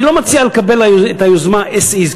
אני לא מציע לקבל את היוזמה as is,